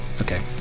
Okay